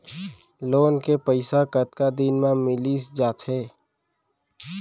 Loan के पइसा कतका दिन मा मिलिस जाथे?